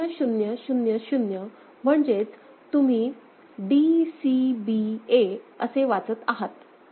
0 0 0 0 म्हणजेच तुम्ही D C B A असे वाचत आहात